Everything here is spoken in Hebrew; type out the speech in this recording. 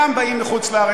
חלקם באים מחוץ-לארץ,